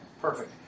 Perfect